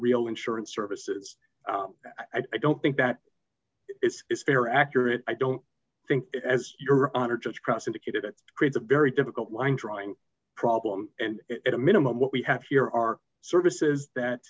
real insurance services i don't think that is fair or accurate i don't think as your honor just prosecuted it creates a very difficult line drawing problem and at a minimum what we have here are services that